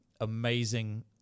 amazing